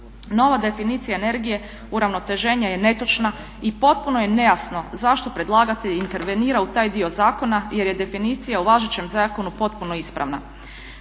Nova definicija energije uravnoteženja je netočna i potpuno je nejasno zašto predlagatelj intervenira u taj dio zakona jer je definicija u važećem zakonu potpuno ispravna.